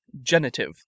Genitive